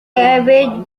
cabbage